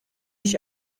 ich